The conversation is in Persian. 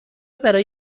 برای